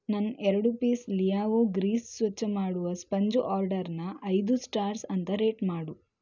ನನ್ನ ಎರಡು ಪೀಸ್ ಲೀಯಾವೊ ಗ್ರೀಸ್ ಸ್ವಚ್ಛ ಮಾಡುವ ಸ್ಪಂಜ್ ಆರ್ಡರನ್ನು ಐದು ಸ್ಟಾರ್ಸ್ ಅಂತ ರೇಟ್ ಮಾಡು